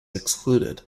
excluded